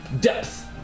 depth